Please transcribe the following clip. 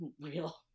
real